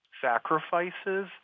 sacrifices